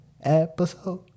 episode